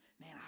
man